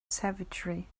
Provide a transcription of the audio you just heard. savagery